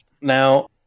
Now